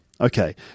Okay